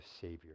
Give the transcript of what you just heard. Savior